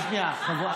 רק שנייה.